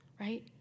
right